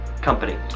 company